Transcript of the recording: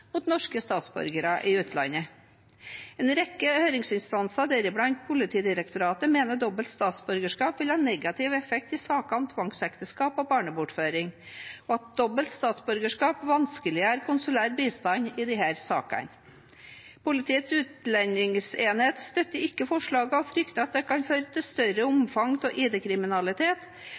mot norske statsborgere i utlandet. En rekke høringsinstanser, deriblant Politidirektoratet, mener dobbelt statsborgerskap vil ha negativ effekt i saker om tvangsekteskap og barnebortføring, og at dobbelt statsborgerskap vanskeliggjør konsulær bistand i disse sakene. Politiets utlendingsenhet støtter ikke forslaget og frykter at det kan føre til større omfang av